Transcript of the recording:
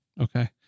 Okay